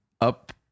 up